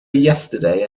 yesterday